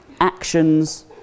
actions